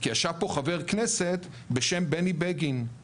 כי ישב פה חבר כנסת בשם בני בגין,